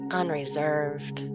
unreserved